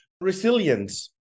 resilience